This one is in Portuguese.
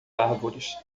árvores